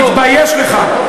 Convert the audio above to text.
תתבייש לך.